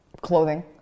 Clothing